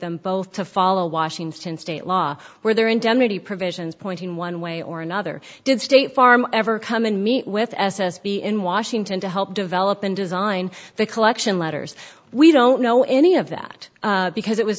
them both to follow washington state law where there indemnity provisions pointing one way or another did state farm ever come and meet with s s b in washington to help develop and design the collection letters we don't know any of that because it was